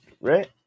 Right